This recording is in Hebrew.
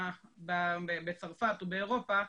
בצרפת או באירופה,